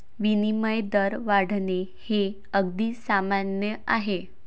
विनिमय दर वाढणे हे अगदी सामान्य आहे